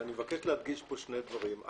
אני מבקש להדגיש פה שני דברים.